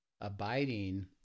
abiding